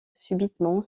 subitement